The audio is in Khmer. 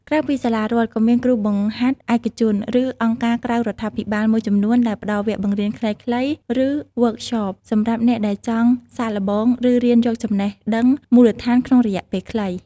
ក្រៅពីសាលារដ្ឋ ក៏មានគ្រូបង្ហាត់ឯកជន ឬអង្គការក្រៅរដ្ឋាភិបាលមួយចំនួនដែលផ្ដល់វគ្គបង្រៀនខ្លីៗ ឬវើកសប (Workshop) សម្រាប់អ្នកដែលចង់សាកល្បង ឬរៀនយកចំណេះដឹងមូលដ្ឋានក្នុងរយៈពេលខ្លី។